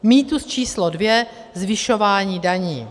Mýtus číslo dvě zvyšování daní.